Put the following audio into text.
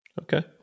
Okay